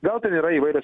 gal ten yra įvairios